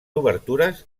obertures